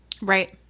Right